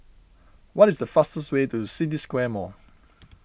what is the fastest way to City Square Mall